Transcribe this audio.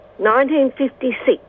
1956